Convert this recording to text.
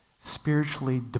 spiritually